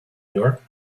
york